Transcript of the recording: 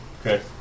Okay